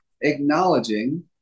acknowledging